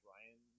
Ryan